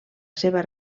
seva